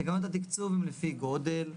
תקנות התקצוב הן לפי גודל,